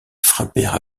frappèrent